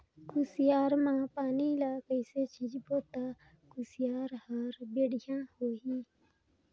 कुसियार मा पानी ला कइसे सिंचबो ता कुसियार हर बेडिया होही?